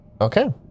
Okay